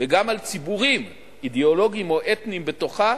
וגם על ציבורים אידיאולוגיים או אתניים בתוכה